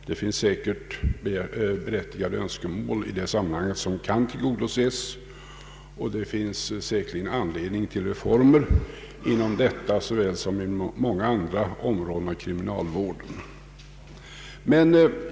Det finns säkert berättigade önskemål i det sammanhanget som kan tillgodoses, och det finns säkerligen anledning till reformer inom såväl detta som många andra områden av kriminalvården.